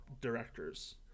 directors